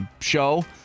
show